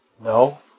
No